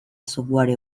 software